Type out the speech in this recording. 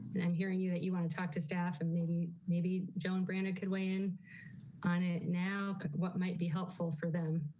and um hearing you that you want to talk to staff and maybe maybe joe and brandon can weigh in on it. now, what might be helpful for them.